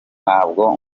ntabwo